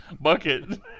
bucket